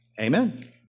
Amen